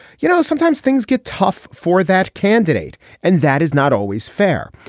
you know sometimes things get tough for that candidate and that is not always fair.